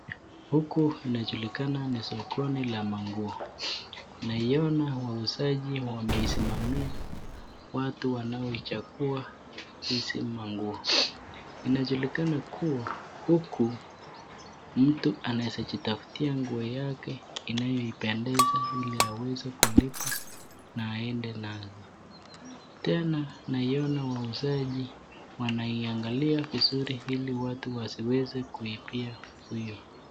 Sokoni la manguo, wauzaji wamesimamia watu wanaochagua hizi manguo. Inajuikana kuwa huku mtu anaweza jitafutia nguo yake inayoipendeza ili aweze kulipa na aende nazo. Tena wauzaji wanaiangalia vizuri ili watu waziweze kuimbia huyo.